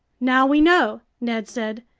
now we know, ned said,